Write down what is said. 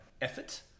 effort